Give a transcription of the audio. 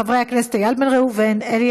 חבר הכנסת אלאלוף,